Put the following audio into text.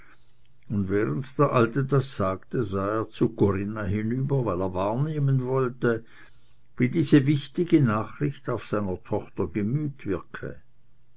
und während der alte das sagte sah er zu corinna hinüber weil er wahrnehmen wollte wie diese wichtige nachricht auf seiner tochter gemüt wirke